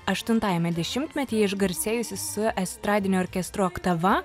aštuntajame dešimtmetyje išgarsėjusi su estradiniu orkestru oktava